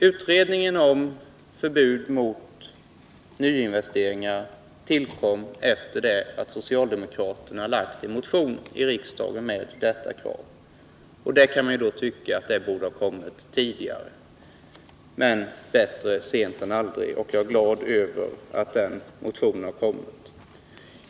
Utredningen om förbud mot nyinvesteringar tillkom efter det att socialdemokraterna väckt en motion i riksdagen med detta krav, och man kan ju tycka att det borde ha framförts tidigare. Men bättre sent än aldrig. Jag är glad över att den motionen väcktes.